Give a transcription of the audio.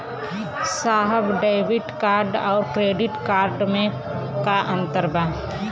साहब debit card और credit card में का अंतर बा?